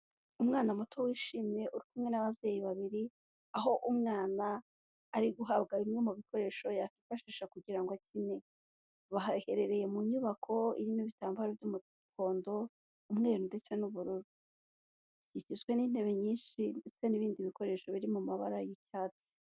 Umwana muto wishimye uri kumwe n'ababyeyi babiri, aho umwana ari guhabwa bimwe mu bikoresho yakwifashisha kugira ngo akine, baherereye mu nyubako irimo ibitambaro by'umuhondo, umweru ndetse n'ubururu, ikikijwe n'intebe nyinshi ndetse n'ibindi bikoresho biri mu mabara y'icyatsi.